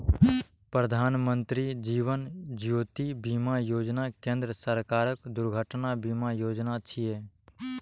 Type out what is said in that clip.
प्रधानमत्री जीवन ज्योति बीमा योजना केंद्र सरकारक दुर्घटना बीमा योजना छियै